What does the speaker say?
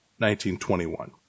1921